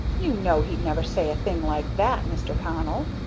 you know he'd never say a thing like that, mr. connell,